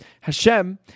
Hashem